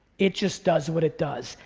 it just does what it does.